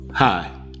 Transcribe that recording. Hi